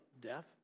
death